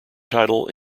title